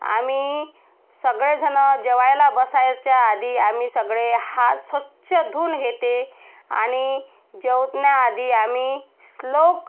आम्ही सगळेजणं जेवायला बसायच्या आधी आम्ही सगळे हात स्वच्छ धुवून घेते आणि जेवणाआधी आम्ही श्लोक